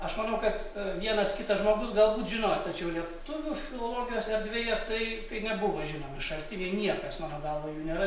aš manau kad vienas kitas žmogus galbūt žinojo tačiau lietuvių filologijos erdvėje tai nebuvo žinomi šaltiniai niekas mano galva jų nėra